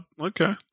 Okay